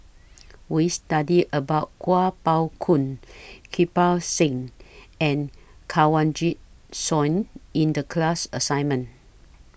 We studied about Kuo Pao Kun Kirpal Singh and Kanwaljit Soin in The class assignment